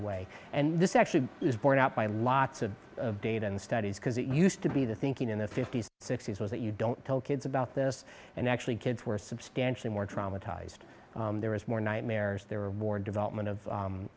away and this actually is borne out by lots of data and studies because it used to be the thinking in the fifty's sixty's was that you don't tell kids about this and actually kids were substantially more traumatized there was more nightmares there were more development of